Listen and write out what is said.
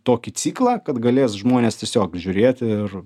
tokį ciklą kad galės žmonės tiesiog žiūrėti ir